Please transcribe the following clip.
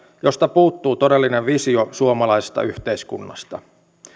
josta puuttuu todellinen visio suomalaisesta yhteiskunnasta